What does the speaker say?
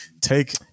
take